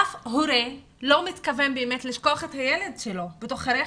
אף הורה לא מתכוון באמת לשכוח את הילד שלו בתוך הרכב.